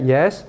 Yes